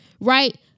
Right